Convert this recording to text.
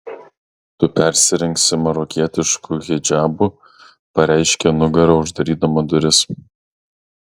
tu persirengsi marokietišku hidžabu pareiškė nugara uždarydama duris